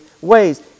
ways